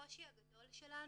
הקושי הגדול שלנו,